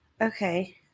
Okay